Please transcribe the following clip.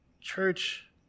church